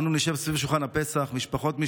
אנו נשב סביב שולחן הפסח משפחות-משפחות,